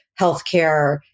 healthcare